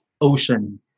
ocean